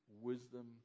wisdom